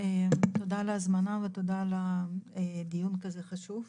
תודה על ההזמנה ותודה על הדיון החשוב הזה.